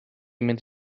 mynd